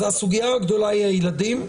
אז הסוגיה הגדולה היא הילדים,